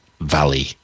Valley